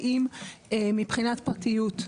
האם מבחינת פרטיות,